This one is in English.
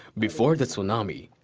before the tsunami,